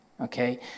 okay